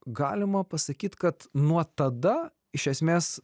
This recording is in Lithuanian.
galima pasakyt kad nuo tada iš esmės